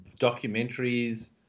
documentaries